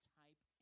type